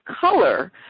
color